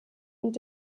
und